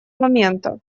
момента